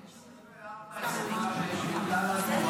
הנובה הוא הוקפא.